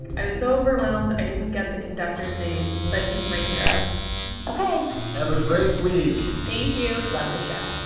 i was so overwhelmed i didn't get the conductor's name, but he's my hero ok have a great week thank you love the show